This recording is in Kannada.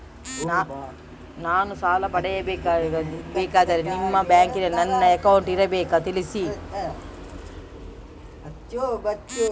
ನಾನು ಸಾಲ ಪಡೆಯಬೇಕಾದರೆ ನಿಮ್ಮ ಬ್ಯಾಂಕಿನಲ್ಲಿ ನನ್ನ ಅಕೌಂಟ್ ಇರಬೇಕಾ ತಿಳಿಸಿ?